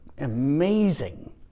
amazing